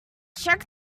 check